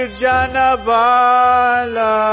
Janabala